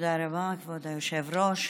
תודה רבה, כבוד היושב-ראש.